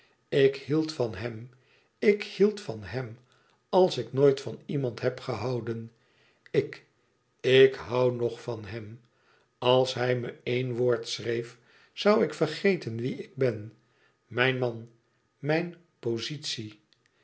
ik hield van hem ik hield van hem als ik nooit van iemand heb gehouden ik ik hoû nog van hem als hij me eén woord schreef zoû ik vergeten wie ik ben mijn man mijn pozitie